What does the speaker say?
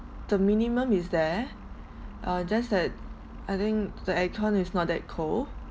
the minimum is there uh just that I think the aircon is not that cold